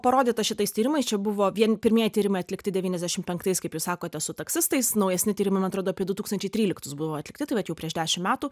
parodyta šitais tyrimais čia buvo vien pirmieji tyrimai atlikti devyniasdešim penktais kaip jūs sakote su taksistais naujesni tyrimai man atrodo apie du tūkstančiai tryliktus buvo atlikti tai vat jau prieš dešim metų